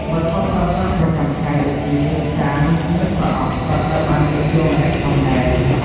វត្ថុប្រើប្រាស់ប្រចាំថ្ងៃដូចជា ចាន និងប្រអប់ក៏ត្រូវបានលាបជ័រម្រ័ក្សណ៍ផងដែរ។